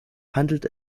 handelt